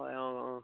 হয় অঁ অঁ